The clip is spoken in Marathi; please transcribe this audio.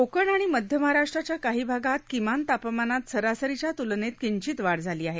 कोकण आणि मध्य महाराष्ट्राच्या काही भागात किमान तापमानात सरसरीच्या तुलनेत किंचित वाढ झाली आहे